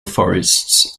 forests